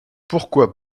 pourquoi